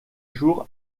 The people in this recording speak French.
jour